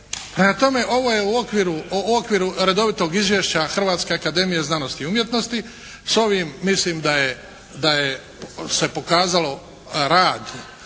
ovo je u okviru redovitog izvješća Hrvatske akademije znanosti i umjetnosti. S ovim mislim da je se pokazalo rad,